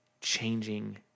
changing